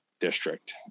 district